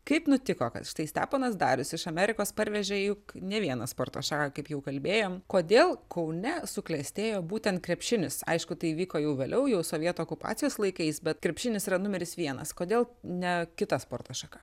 kaip nutiko kad štai steponas darius iš amerikos parvežė juk ne vieną sporto šaką kaip jau kalbėjom kodėl kaune suklestėjo būtent krepšinis aišku tai įvyko jau vėliau jau sovietų okupacijos laikais bet krepšinis yra numeris vienas kodėl ne kita sporto šaka